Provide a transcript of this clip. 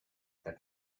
that